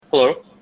Hello